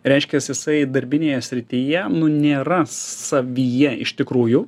reiškias jisai darbinėje srityje nu nėra savyje iš tikrųjų